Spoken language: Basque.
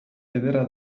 ederra